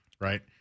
right